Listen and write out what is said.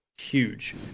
huge